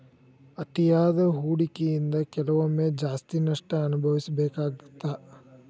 ಅತಿಯಾದ ಹೂಡಕಿಯಿಂದ ಕೆಲವೊಮ್ಮೆ ಜಾಸ್ತಿ ನಷ್ಟ ಅನಭವಿಸಬೇಕಾಗತ್ತಾ